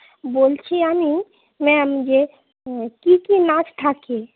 বলছি আমি ম্যাম যে কী কী নাচ থাকে